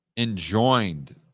Enjoined